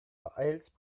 beeilst